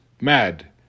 mad